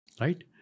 Right